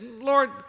Lord